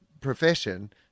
profession